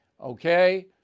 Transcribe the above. Okay